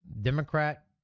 Democrat